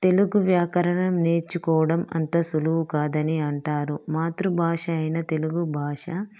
తెలుగు వ్యాకరణం నేర్చుకోవడం అంత సులువు కాదని అంటారు మాతృభాష అయిన తెలుగు భాష